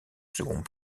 second